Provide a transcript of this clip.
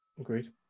Agreed